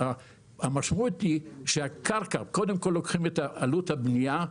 המשמעות היא שקודם כול לוקחים את עלות הבנייה.